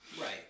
Right